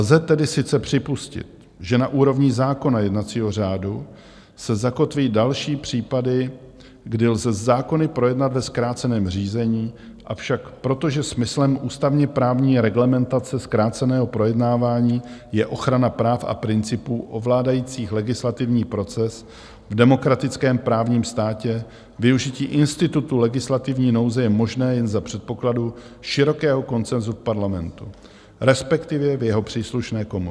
Lze tedy sice připustit, že na úrovni zákona, jednacího řádu, se zakotví další případy, kdy lze zákony projednat ve zkráceném řízení, avšak protože smyslem ústavněprávní reglementace zkráceného projednávání je ochrana práv a principů ovládajících legislativní proces v demokratickém právním státě, využití institutu legislativní nouze je možné jen za předpokladu širokého konsenzu v Parlamentu, respektive v jeho příslušné komoře.